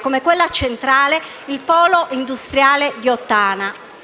come il polo industriale di Ottana,